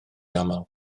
aml